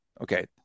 Okay